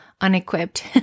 unequipped